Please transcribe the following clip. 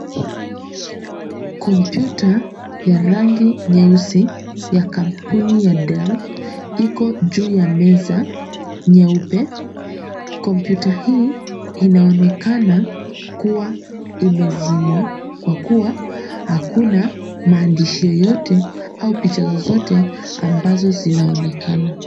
Kompyuta ya rangi nyeusi ya kampuni ya Dell iko juu ya meza. Kompyuta hii inaonekana kuwa imezimwa kwa kuwa hakuna maandishi yoyote au picha zozote ambazo zinaonekana.